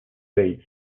bass